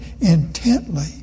intently